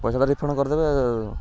ପଇସାଟା ରିଫଣ୍ଡ କରିଦେବେ ଆଉ